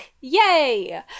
Yay